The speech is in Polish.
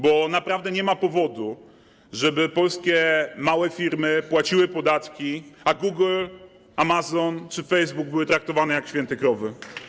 Bo naprawdę nie ma powodu, żeby polskie małe firmy płaciły podatki, a Google, Amazon czy Facebook były traktowane jak święte krowy.